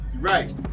right